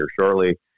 shortly